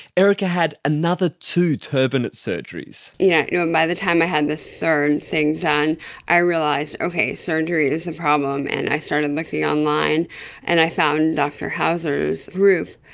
erika had another two turbinate surgeries. yeah you know by the time i had this third thing done i realised, okay, surgery is the problem and i started looking online and i found dr houser's group,